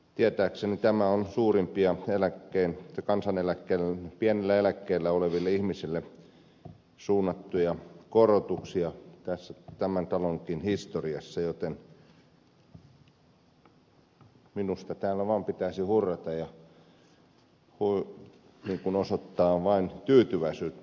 tietääkseni tämä on suurimpia pienillä eläkkeillä oleville ihmisille suunnattuja korotuksia tämän talonkin historiassa joten minusta täällä vaan pitäisi hurrata ja osoittaa vain tyytyväisyyttä